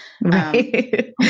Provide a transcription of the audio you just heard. Right